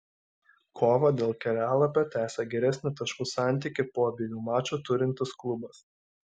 kovą dėl kelialapio tęsia geresnį taškų santykį po abiejų mačų turintis klubas